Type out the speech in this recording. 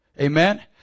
Amen